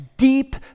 deep